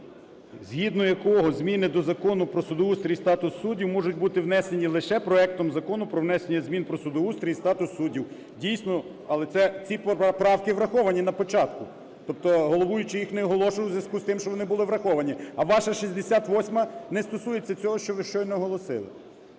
згідно до якого зміни до Закону "Про судоустрій і статус суддів" можуть бути внесені лише проектом Закону про внесення змін "Про судоустрій і статус суддів". Дійсно. Але ці правки враховані на початку. Тобто головуючий їх не оголошує у зв'язку з тим. що вони були враховані. А ваша 68-а не стосується цього, що ви щойно оголосили.